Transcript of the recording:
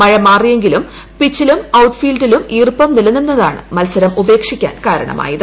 മഴ മാറിയെങ്കിലും പിച്ചിലും ഔട്ട് ഫീൽഡിലും ഈർപ്പം നിലനിന്ത്രകാണ് മത്സരം ഉപേക്ഷിക്കാൻ കാരണമായത്